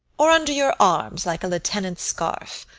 or under your arm, like a lieutenant's scarf?